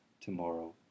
tomorrow